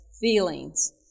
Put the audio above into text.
feelings